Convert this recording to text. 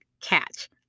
catch